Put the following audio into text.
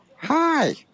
hi